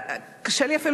קשה לי אפילו,